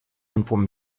inform